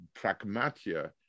pragmatia